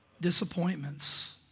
Disappointments